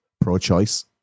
pro-choice